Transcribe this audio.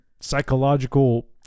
psychological